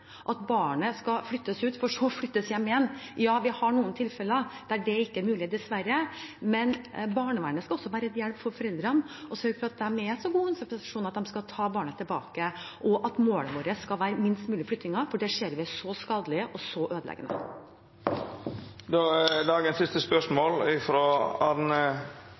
barnet skal flyttes ut for så å flyttes hjem igjen. Ja, vi har noen tilfeller der det ikke er mulig, dessverre, men barnevernet skal også være til hjelp for foreldrene og sørge for at de er så gode omsorgspersoner at de kan ta barnet tilbake. Målet vårt skal være minst mulig flyttinger, for det ser vi er så skadelig og så ødeleggende.